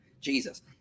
Jesus